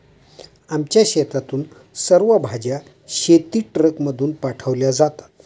आमच्या शेतातून सर्व भाज्या शेतीट्रकमधून पाठवल्या जातात